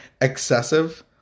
Excessive